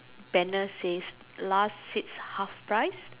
banner says last six half price